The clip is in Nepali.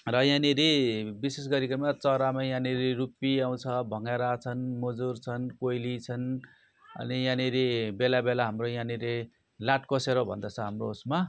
र यहाँनेर विशेष गरीकन चरामा यहाँनेर रुपी आउँछ भँगेरा छन् मुजुर छन् कोइली छन् अनि यहाँनेर बेला बेला हाम्रो यहाँनेर लाटोकोसेरो भन्दछ हाम्रो उयसमा